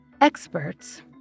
experts